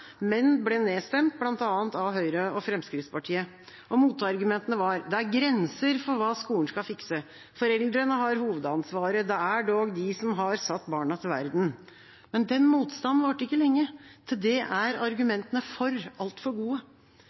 men ble nedstemt, bl.a. av Høyre og Fremskrittspartiet. Motargumentene var at det er grenser for hva skolen skal fikse. Foreldrene har hovedansvaret, for det er dog de som har satt barna til verden. Motstanden varte ikke lenge. Til det er argumentene for altfor gode.